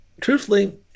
truthfully